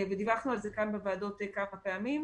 ודיווחנו על זה כאן בוועדות כמה פעמים.